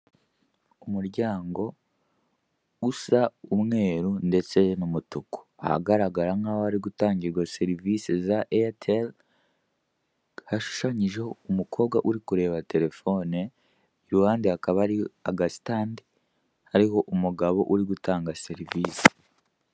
Ku muryango usa umweru ndetse n'umutuku ahagaragara nkahari gutangirwa serivise za aitel hashushanyije umukobwa uri kureba terefone , iruhande hakaba hari agasitande hariho umugabo uri gutanda serivise .